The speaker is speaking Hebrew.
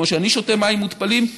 כמו שאני שותה מים מותפלים,